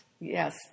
Yes